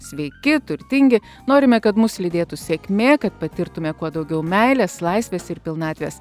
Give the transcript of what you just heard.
sveiki turtingi norime kad mus lydėtų sėkmė kad patirtume kuo daugiau meilės laisvės ir pilnatvės